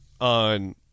on